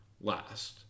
last